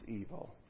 evil